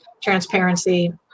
transparency